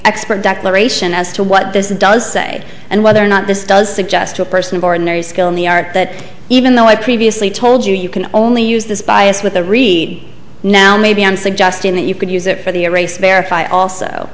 expert declaration as to what this does say and whether or not this does suggest to a person of ordinary skill in the art that even though i previously told you you can only use this bias with the read now maybe i'm suggesting that you could use it for the